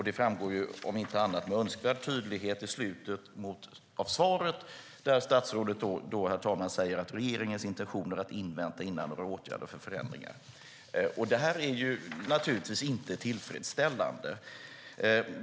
Det framkommer med önskvärd tydlighet i slutet av svaret då statsrådet säger att regeringens intention är att invänta innan några åtgärder för förändringar vidtas. Det är givetvis inte tillfredsställande.